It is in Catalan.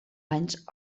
anys